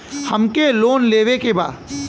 हमके लोन लेवे के बा?